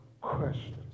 questions